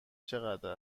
چقدر